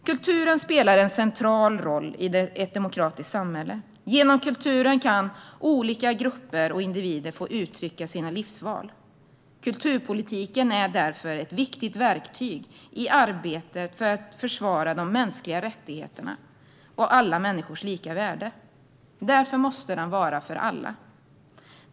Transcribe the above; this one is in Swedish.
Kulturen spelar en central roll i ett demokratiskt samhälle. Genom kulturen kan olika grupper och individer få uttrycka sina livsval. Kulturpolitiken är därför ett viktigt verktyg i arbetet för att försvara de mänskliga rättigheterna och alla människors lika värde. Därför måste den vara för alla.